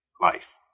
life